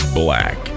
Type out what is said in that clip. black